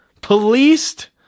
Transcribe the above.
policed